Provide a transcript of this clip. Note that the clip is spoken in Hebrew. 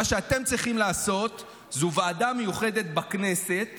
מה שאתם צריכים לעשות זה ועדה מיוחדת בכנסת